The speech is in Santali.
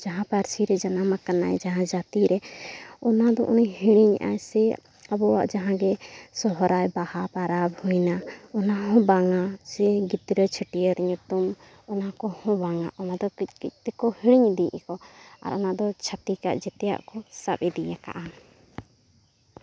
ᱡᱟᱦᱟᱸ ᱯᱟᱹᱨᱥᱤ ᱨᱮ ᱡᱟᱱᱟᱢ ᱟᱠᱟᱱᱟᱭ ᱡᱟᱹᱛᱤ ᱨᱮ ᱚᱱᱟ ᱫᱚ ᱩᱱᱤ ᱦᱤᱲᱤᱧᱮᱜᱼᱟᱭ ᱥᱮ ᱟᱵᱚᱣᱟᱜ ᱡᱟᱦᱟᱸ ᱜᱮ ᱥᱚᱦᱨᱟᱭ ᱵᱟᱦᱟ ᱯᱚᱨᱚᱵᱽ ᱦᱩᱭᱱᱟ ᱚᱱᱟ ᱦᱚᱸ ᱵᱟᱝᱟ ᱥᱮ ᱜᱤᱫᱽᱨᱟᱹ ᱪᱷᱟᱹᱴᱭᱟᱹᱨ ᱧᱩᱛᱩᱢ ᱚᱱᱟ ᱠᱚ ᱦᱚᱸ ᱵᱟᱝᱟ ᱚᱱᱟ ᱫᱚ ᱠᱟᱹᱡ ᱠᱟᱹᱡ ᱛᱮᱠᱚ ᱦᱤᱲᱤᱧ ᱤᱫᱤᱭᱮᱜ ᱟᱠᱚ ᱚᱱᱟ ᱫᱚ ᱪᱷᱟᱹᱛᱤᱠᱟᱜ ᱡᱟᱹᱛᱤᱭᱟᱜ ᱠᱚ ᱥᱟᱵ ᱤᱫᱤᱭᱟᱠᱟᱜᱼᱟ